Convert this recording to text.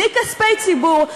מכספי ציבור,